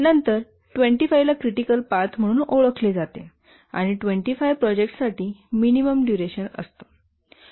नंतर 25 ला critical path म्हणून संबोधले जाते आणि 25 प्रोजेक्टसाठी मिनिमम डुरेशन असतो